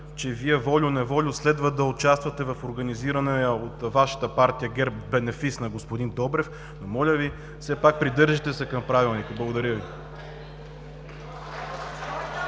че Вие волю-неволю следва да участвате в организирания от Вашата партия ГЕРБ бенефис на господин Добрев, но моля Ви, все пак придържайте се към Правилника. Благодаря Ви.